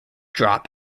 drop